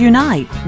Unite